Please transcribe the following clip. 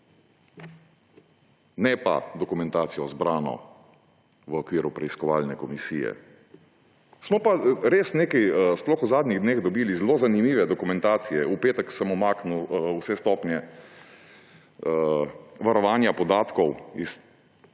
Ne pa dokumentacijo, zbrano v okviru preiskovalne komisije. Smo pa sploh v zadnjih dneh dobili nekaj zelo zanimive dokumentacije. V petek sem umaknil vse stopnje varovanja podatkov iz